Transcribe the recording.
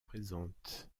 présentes